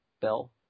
bell